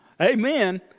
Amen